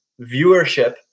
viewership